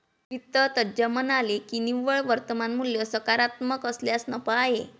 वित्त तज्ज्ञ म्हणाले की निव्वळ वर्तमान मूल्य सकारात्मक असल्यास नफा आहे